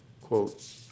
quote